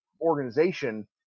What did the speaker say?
organization